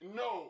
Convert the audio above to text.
no